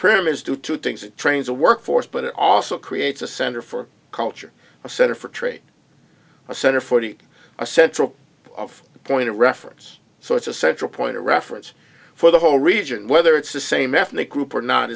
pyramids do two things it trains a work force but it also creates a center for culture a center for trade center forty a central part of the point of reference so it's a central point of reference for the whole region whether it's the same ethnic group or not